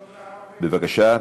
בבקשה.